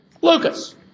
Lucas